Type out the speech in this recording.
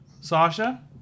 Sasha